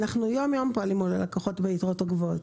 אנחנו יום-יום פועלים מול הלקוחות ביתרות הגבוהות.